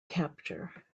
capture